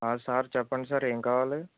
sir చెప్పండి sir ఏమి కావాలి